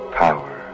power